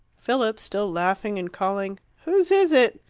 philip, still laughing and calling whose is it?